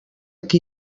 qui